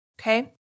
Okay